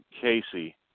Casey